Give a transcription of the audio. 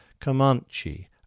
Comanche